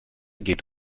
geht